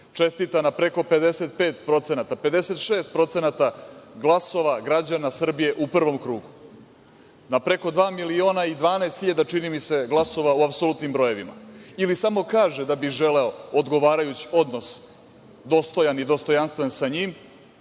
Čestita na preko 55%, 56% glasova građana Srbije u prvom krugu. Na preko dva miliona i 12 hiljada glasova, čini mi se glasova u apsolutnim brojevima ili samo kaže da bi želeo odgovarajući odnos dostojan i dostojanstven sa njim,